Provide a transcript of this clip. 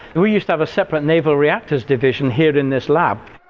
we used to have a separate naval reactors division here in this lab.